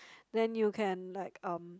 then you can like um